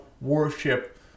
worship